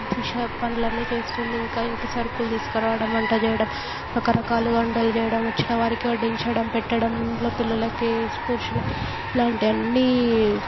దిష్య పనులన్నీ చేస్తుంది ఇంకా ఇంటి సరుకులు తీసుకరావడం వంట చేయడం రకరకాలుగా వంటలు చేయడం వచ్చిన వారికి వడ్డించడం పెట్టడం ఇంట్లో పిల్లలకి పురుషులకి ఇలాంటి అన్నీ